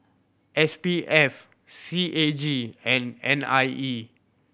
S P F C A G and N I E